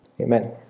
Amen